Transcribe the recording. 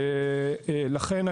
לכן,